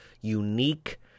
unique